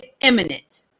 imminent